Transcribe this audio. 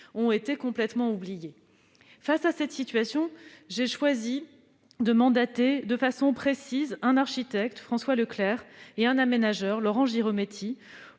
ont été complètement oubliées. Face à cette situation, j'ai choisi de mandater de façon précise un architecte, François Leclercq, et un aménageur, Laurent Girometti,